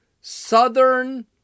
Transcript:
southern